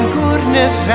goodness